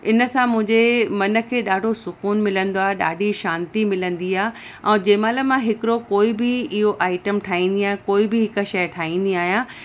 इन सां मुंहिंजे मन खे ॾाढो सुक़ून मिलंदो आहे ॾाढी शांती मिलंदी आहे ऐं जंहिंमहिल मां हिकिड़ो कोई बि इहो आइटम ठाहींदी आहियां कोई बि हिकु शइ ठाहींदी आहियां